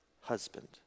husband